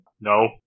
No